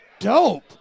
Dope